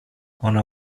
ona